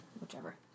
whichever